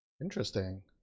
interesting